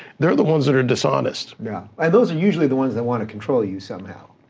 they're the ones that are dishonest. yeah, and those are usually the ones that want to control you somehow.